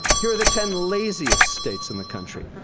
here are the ten laziest states in the country.